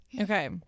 Okay